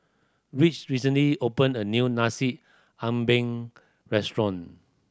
Rich recently opened a new nasi restaurant